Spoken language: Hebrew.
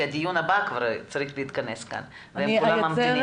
כי הדיון הבא כבר צריך להתכנס כאן וכולם ממתינים.